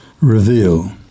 Reveal